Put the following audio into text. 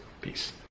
Peace